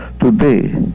Today